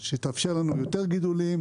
שתאפשר לנו יותר גדולים,